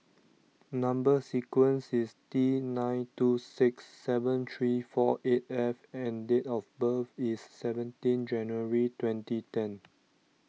Number Sequence is T nine two six seven three four eight F and date of birth is seventeen January twenty ten